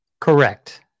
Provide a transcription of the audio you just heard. Correct